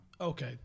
Okay